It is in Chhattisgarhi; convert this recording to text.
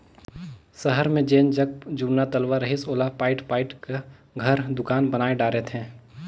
सहर मे जेन जग जुन्ना तलवा रहिस ओला पयाट पयाट क घर, दुकान बनाय डारे थे